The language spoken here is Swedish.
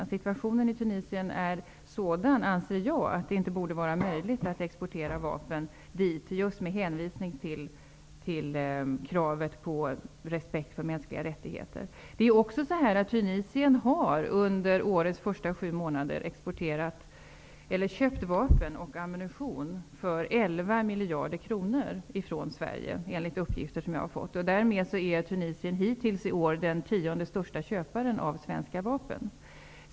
Jag anser att situationen i Tunisien, just med hänvisning till kravet på respekt för mänskliga rättigheter, är sådan att det inte borde vara möjligt att exportera vapen dit. Tunisien har, enligt uppgifter som jag har fått, under årets första sju månader köpt vapen och ammunition för 11 miljarder kronor från Sverige. Därmed är Tunisien hittills i år den tionde största köparen av svenska vapen.